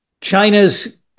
China's